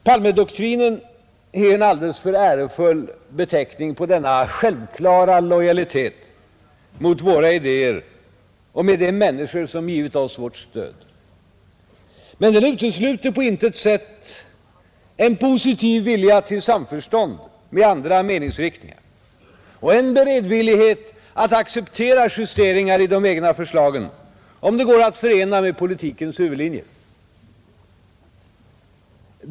Palmedoktrinen är en alldeles för ärofull beteckning på denna självklara lojalitet mot våra idéer och mot de människor som givit oss sitt stöd. Men den utesluter på intet sätt en positiv vilja till samförstånd med andra meningsriktningar och en beredvillighet att acceptera justeringar i de egna förslagen, om de går att förena med politikens huvudlinjer.